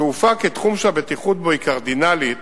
התעופה, כתחום שהבטיחות בו היא קרדינלית,